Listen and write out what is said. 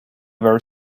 very